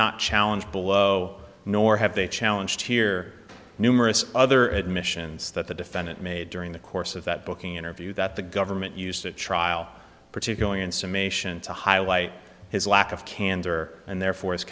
not challenge below nor have they challenge here numerous other admissions that the defendant made during the course of that booking interview that the government used the trial particularly in summation to highlight his lack of candor and therefore his